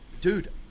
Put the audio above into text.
dude